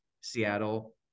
Seattle